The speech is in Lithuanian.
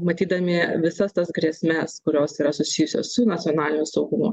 matydami visas tas grėsmes kurios yra susijusios su nacionaliniu saugumu